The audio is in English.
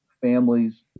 families